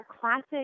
classic